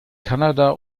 kanada